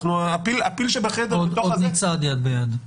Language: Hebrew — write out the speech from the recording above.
הפיל שבחדר -- עוד נצעד יד ביד.